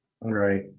Right